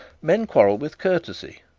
men quarrel with courtesy.